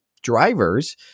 drivers